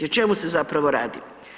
O čemu se zapravo radi?